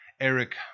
Eric